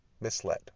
misled